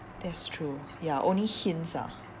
that's true ya only hints ah